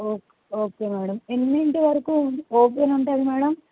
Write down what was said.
ఓ okay madam ఎన్నింటి వరకు open ఉంటుంది మేడమ్